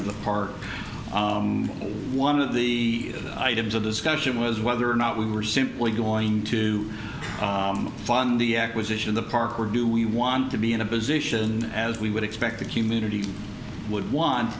of the park one of the items of discussion was whether or not we were simply going to fund the acquisition of the park or do we want to be in a position as we would expect the community would want